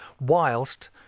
whilst